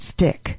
stick